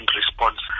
response